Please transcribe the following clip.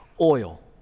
oil